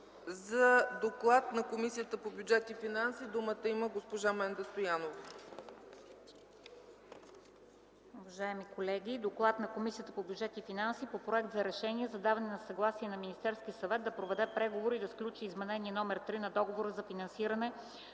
С доклада на Комисията по бюджет и финанси ще ни запознае госпожа Менда Стоянова.